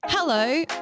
Hello